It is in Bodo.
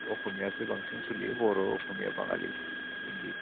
अस'मियासो बांसिन सोलियो बर' अस'मिया बाङालि हिन्दी